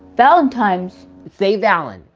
valentimes. say valen.